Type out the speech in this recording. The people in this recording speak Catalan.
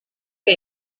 que